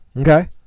Okay